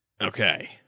Okay